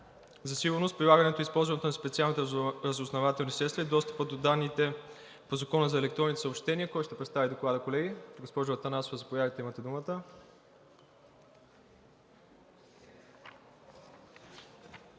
за сигурност, прилагането и използването на специалните разузнавателни средства и достъпа до данните по Закона за електронните съобщения кой ще представи Доклада, колеги? Госпожо Атанасова, заповядайте, имате думата.